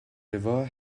river